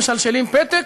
משלשלים פתק.